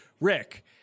Rick